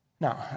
Now